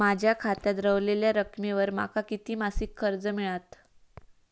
माझ्या खात्यात रव्हलेल्या रकमेवर माका किती मासिक कर्ज मिळात?